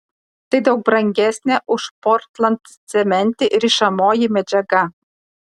tai daug brangesnė už portlandcementį rišamoji medžiaga